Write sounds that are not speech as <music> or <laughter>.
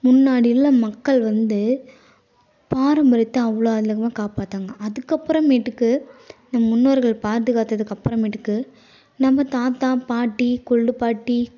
முன்னாடில்லாம் மக்கள் வந்து பாரம்பரியத்தை அவ்வளோ <unintelligible> காப்பாற்றுறாங்க அதுக்கப்றமேட்டுக்கு நம் முன்னோர்கள் பாதுகாத்ததுக்கப்புறமேட்டுக்கு நம்ம தாத்தா பாட்டி கொள்ளுப்பாட்டி